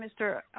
Mr